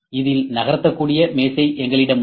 இதில் நகர்த்தக்கூடிய மேசை எங்களிடம் உள்ளது